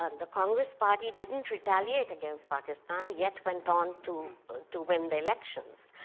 um the congress party didn't retaliate against pakistan, yet went on to to win the elections.